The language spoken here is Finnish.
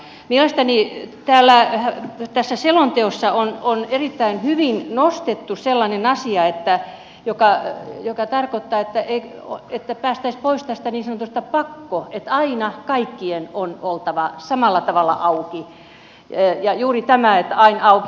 mielestäni tässä selonteossa on erittäin hyvin nostettu sellainen asia joka tarkoittaa että päästäisiin pois tästä niin sanotusta pakosta että aina kaikkien on oltava samalla tavalla auki ja juuri tästä että aina auki